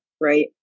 Right